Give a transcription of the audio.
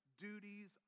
duties